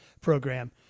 program